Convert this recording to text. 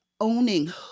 owning